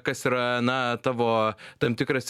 kas yra na tavo tam tikras